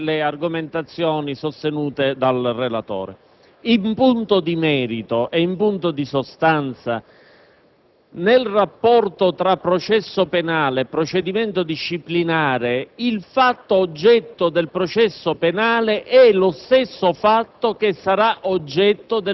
e per confutare quanto sostenuto dal relatore. In punto di merito e in punto di sostanza, nel rapporto tra processo penale e procedimento disciplinare, il fatto oggetto del processo penale è lo stesso che